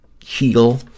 heal